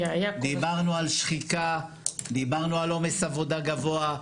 דיברנו על שחיקה, דיברנו על עומס עבודה גבוה.